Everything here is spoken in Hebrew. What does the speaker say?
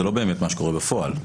זה לא באמת מה שקורה בפועל.